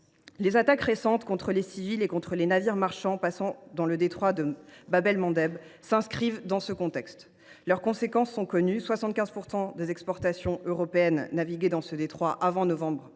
Les attaques récentes contre les civils et les navires marchands passant dans le détroit de Bab el Mandeb s’inscrivent dans ce contexte. Leurs conséquences sont connues : 75 % des exportations européennes transitaient par ce détroit avant novembre